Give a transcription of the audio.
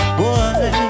boy